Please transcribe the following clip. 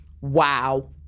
Wow